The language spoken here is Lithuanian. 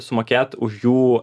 sumokėt už jų